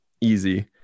easy